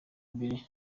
mbere